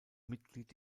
mitglied